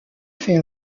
fait